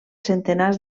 centenars